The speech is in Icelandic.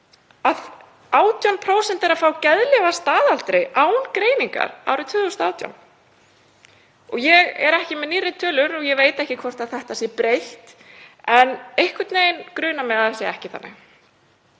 að 18% íbúanna fengu geðlyf að staðaldri án greiningar árið 2018. Ég er ekki með nýrri tölur, ég veit ekki hvort þetta sé breytt en einhvern veginn grunar mig að það sé ekki þannig.